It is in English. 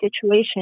situation